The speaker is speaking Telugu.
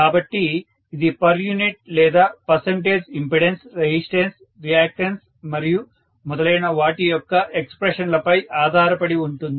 కాబట్టి ఇది పర్ యూనిట్ లేదా పర్సంటేజ్ ఇంపెడెన్స్ రెసిస్టెన్స్ రియాక్టన్స్ మరియు మొదలైన వాటి యొక్క ఎక్స్ప్రెషన్ లపై ఆధారపడి ఉంటుంది